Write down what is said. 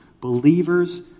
Believers